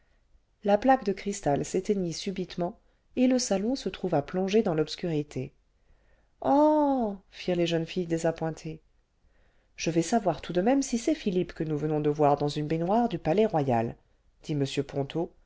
la plaque de cristal s'éteignit subitement et le salon se trouva plongé dans l'obscurité ce ah firent les jeunes filles désappointées je vais savon tout de même si c'est phibppe que nous venons de voir dans une baignoire du palais-royal dit m ponto